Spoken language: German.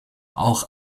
auch